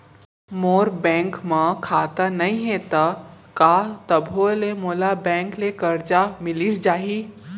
मोर bank म खाता नई हे त का तभो ले मोला बैंक ले करजा मिलिस जाही?